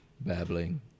babbling